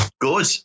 good